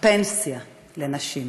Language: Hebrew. הפנסיה לנשים,